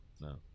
no